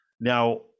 Now